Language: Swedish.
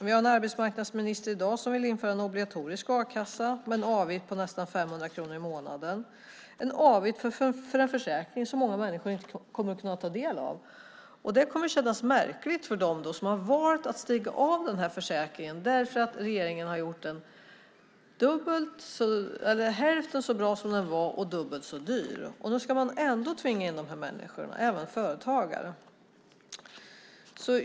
Vi har en arbetsmarknadsminister i dag som vill införa en obligatorisk a-kassa med en avgift på nästan 500 kronor i månaden. Det är en avgift för en försäkring som många människor inte kommer att kunna ta del av. Det kommer att kännas märkligt för dem som har valt att stiga av försäkringen därför att regeringen har gjort den hälften så bra som den var och dubbel så dyr. Nu ska man ändå tvinga in de människorna, och även företagare.